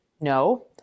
no